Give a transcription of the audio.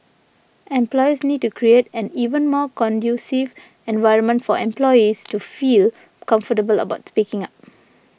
employers need to create an even more conducive environment for employees to feel comfortable about speaking up